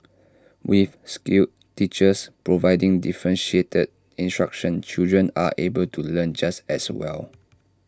with skilled teachers providing differentiated instruction children are able to learn just as well